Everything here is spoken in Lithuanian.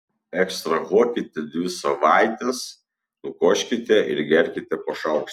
ekstrahuokite dvi savaites nukoškite ir gerkite po šaukštą